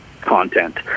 content